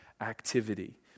activity